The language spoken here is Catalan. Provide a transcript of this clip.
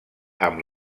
amb